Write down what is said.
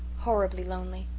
horribly lonely.